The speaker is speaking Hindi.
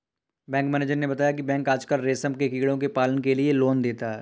बैंक मैनेजर ने बताया की बैंक आजकल रेशम के कीड़ों के पालन के लिए लोन देता है